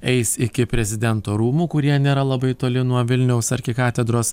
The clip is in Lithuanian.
eis iki prezidento rūmų kurie nėra labai toli nuo vilniaus arkikatedros